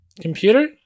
Computer